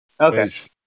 Okay